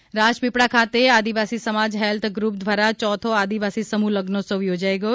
સમ્નહલગ્ન રાજપીપળા ખાતે આદિવાસી સમાજ હેલ્થ ગ્રુપ દ્વારા ચોથો આદિવાસી સમૂહ લગ્નોત્સવ યોજાઇ ગયો